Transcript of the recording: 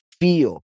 feel